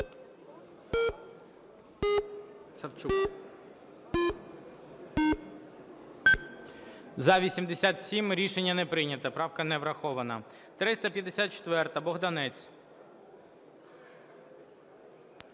За-87 Рішення не прийнято. Правка не врахована. 364-а, Богданець.